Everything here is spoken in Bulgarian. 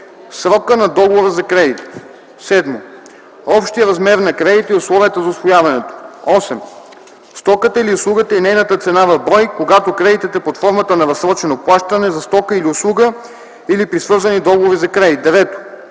срока на договора за кредит; 7. общия размер на кредита и условията за усвояването му; 8. стоката или услугата и нейната цена в брой – когато кредитът е под формата на разсрочено плащане за стока или услуга или при свързани договори за кредит; 9.